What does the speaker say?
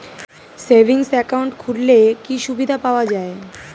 Savings account খুললে কি সুবিধা পাওয়া যায়?